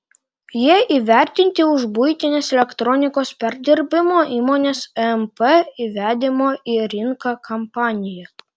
jie įvertinti už buitinės elektronikos perdirbimo įmonės emp įvedimo į rinką kampaniją